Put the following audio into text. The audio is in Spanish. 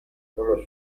polo